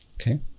okay